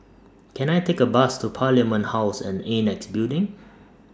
Can I Take A Bus to Parliament House and Annexe Building